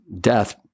death